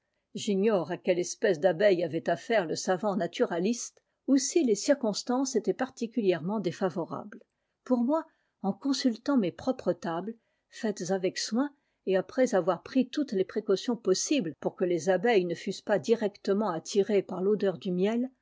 j'ignore à quelle espèce d'abeilles avait affaire le savant naturaliste ou si les circonstances étaient particulièrera it défavorables pour moi en consultant s propres tables faites avec soin et après avoir pris toutes les précautions possibles pour que jes abeilles ne fussent pas directement attirées par todeur du miel